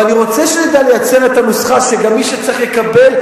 ואני רוצה שנדע לייצר את הנוסחה שגם מי שצריך יקבל,